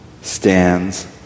Stands